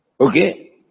Okay